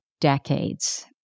decades